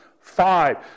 Five